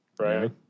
Right